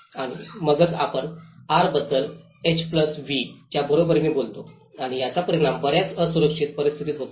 आणि मगच आपण आर बद्दल एच व्ही च्या बरोबरीने बोलतो आणि याचा परिणाम बर्याचदा असुरक्षित परिस्थितीत होतो